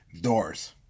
Doors